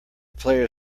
player